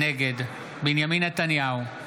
נגד בנימין נתניהו,